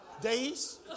Days